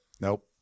Nope